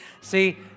See